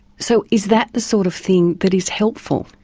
so is that the sort of thing that is helpful?